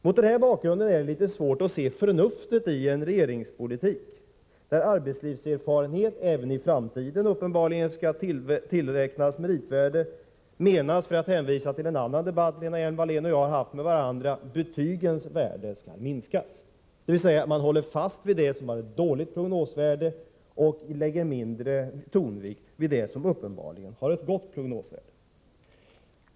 Mot denna bakgrund är det litet svårt att se förnuftet i en regeringspolitik där arbetslivserfarenhet uppenbarligen även i framtiden skall tillräknas meritvärde, medan — för att hänvisa till en annan debatt som Lena Hjelm-Wallén och jag har haft med varandra — betygens värde skall minskas. Dvs.: man håller fast vid det som har dåligt prognosvärde och lägger mindre tonvikt vid det som uppenbarligen har ett gott prognosvärde.